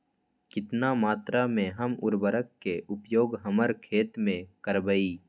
कितना मात्रा में हम उर्वरक के उपयोग हमर खेत में करबई?